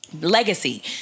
legacy